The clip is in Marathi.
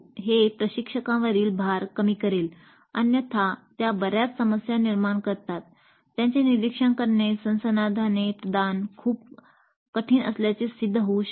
हे प्रशिक्षकावरील भार कमी करेल अन्यथा त्या बऱ्याच समस्या निर्माण करतात त्यांचे निरीक्षण करणे संसाधने प्रदान खूप कठीण असल्याचे सिद्ध होऊ शकते